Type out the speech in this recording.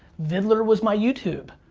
viddler was my youtube,